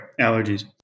allergies